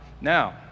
Now